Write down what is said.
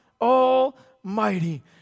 almighty